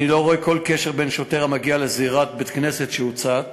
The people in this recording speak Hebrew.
אני לא רואה כל קשר בין שוטר המגיע לזירת בית-כנסת שהוצת